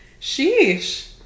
Sheesh